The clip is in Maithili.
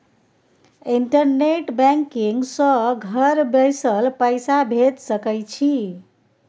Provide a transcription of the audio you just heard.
इंटरनेट बैंकिग सँ घर बैसल पैसा भेज सकय छी